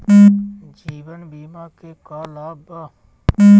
जीवन बीमा के का लाभ बा?